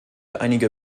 einige